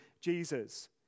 Jesus